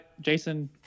jason